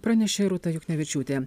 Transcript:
pranešė rūta juknevičiūtė